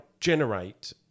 generate